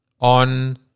on